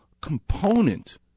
component